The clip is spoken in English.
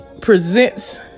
presents